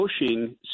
pushing